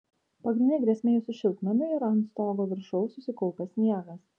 pagrindinė grėsmė jūsų šiltnamiui yra ant stogo viršaus susikaupęs sniegas